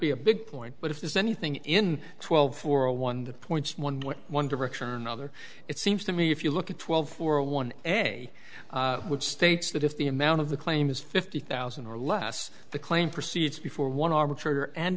be a big point but if there's anything in twelve for a one point one one direction or another it seems to me if you look at twelve for one day which states that if the amount of the claim is fifty thousand or less the claim proceeds before one arbitrator and